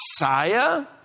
Messiah